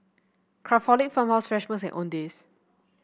Craftholic Farmhouse Fresh Owndays